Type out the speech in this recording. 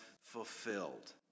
fulfilled